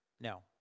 No